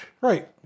Right